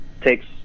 takes